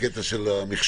בקטע של המחשוב.